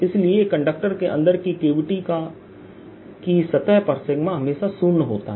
इसलिए एक कंडक्टर के अंदर की कैविटी की सतह पर सिगमा𝜎 हमेशा शून्य होता है